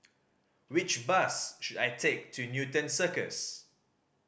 which bus should I take to Newton Circus